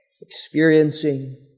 experiencing